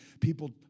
people